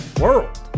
world